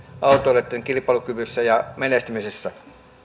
autoilijoitten kilpailukyvyssä ja menestymisessä